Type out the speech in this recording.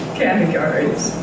categories